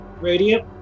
radiant